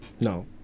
no